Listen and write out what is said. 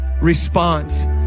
response